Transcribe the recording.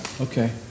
Okay